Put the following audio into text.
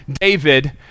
David